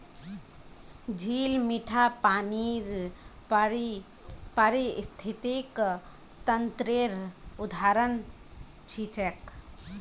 झील मीठा पानीर पारिस्थितिक तंत्रेर उदाहरण छिके